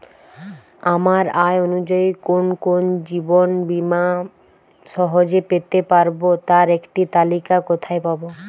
আমার আয় অনুযায়ী কোন কোন জীবন বীমা সহজে পেতে পারব তার একটি তালিকা কোথায় পাবো?